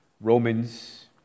Romans